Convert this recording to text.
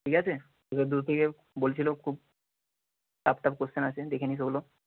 ঠিক আছে এবার দুই থেকে বলছিল খুব টাফ টাফ কোশ্চেন আসে দেখে নিস ওগুলো